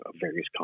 various